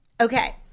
Okay